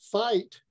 fight